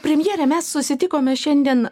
premjere mes susitikome šiandien